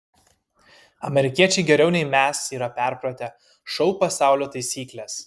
amerikiečiai geriau nei mes yra perpratę šou pasaulio taisykles